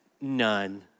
none